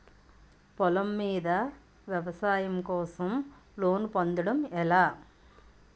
పొలం మీద వ్యవసాయం కోసం లోన్ పొందటం ఎలా?